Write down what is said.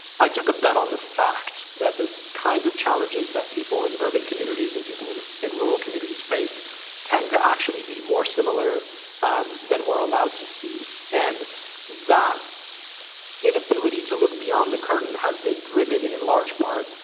i took a bet on the fact that the so kinds of challenges that people in urban communities and people in in rural communities face tend to actually be more similar um than we're allowed to see. and that inability to look beyond the curtain has been driven, in large part,